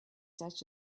such